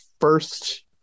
first